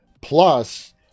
plus